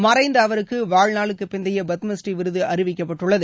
மறைந்த அவருக்கு வாழ்நாளுக்கு பிந்தைய பத்மபூரீ விருது அறிவிக்கப்பட்டுள்ளது